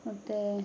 ಮತ್ತೆ